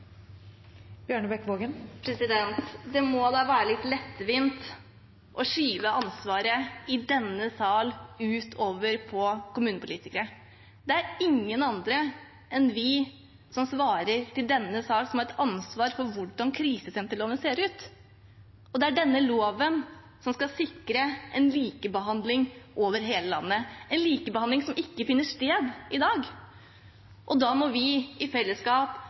videre skal være. Det må da være litt lettvint å skyve ansvaret i denne sal over på kommunepolitikere. Det er ingen andre enn vi i denne sal som har ansvar for hvordan krisesenterloven ser ut. Og det er denne loven som skal sikre en likebehandling over hele landet – en likebehandling som ikke finner sted i dag. Da må vi i fellesskap